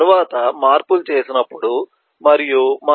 తరువాత మార్పులు చేసినప్పుడు మరియు మనము UML 2